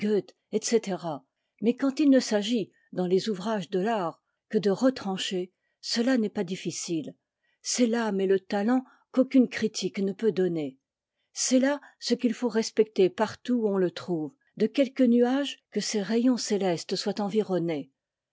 etc mais quand il ne s'agit dans les ouvrages de l'art que de retrancher cela n'est pas difficile c'est l'âme et le talent qu'aucune critique ne peut donner c'est là ce qu'il faut respecter partout où on le trouve de quelque nuage que ces rayons célestes soient environnés